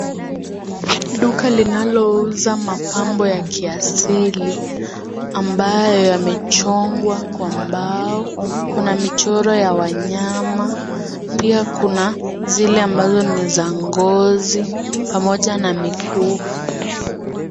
Duka linalouza mapambo ya kiasili, ambayo yamechongwa kwa mbao. Kuna michoro ya wanyama. Pia kuna zile ambazo ni za ngozi pamoja na mikufu.